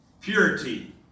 purity